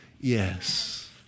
Yes